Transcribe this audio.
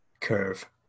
curve